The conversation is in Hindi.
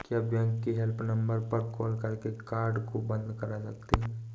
क्या बैंक के हेल्पलाइन नंबर पर कॉल करके कार्ड को बंद करा सकते हैं?